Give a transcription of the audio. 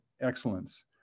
excellence